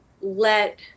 let